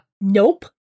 nope